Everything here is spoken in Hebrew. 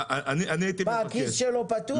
מה, הכיס שלו פתוח?